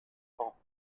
pans